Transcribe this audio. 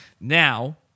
Now